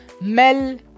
Mel